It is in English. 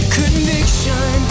conviction